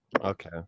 Okay